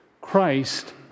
Christ